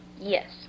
Yes